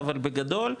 אבל בגדול,